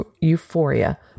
euphoria